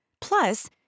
Plus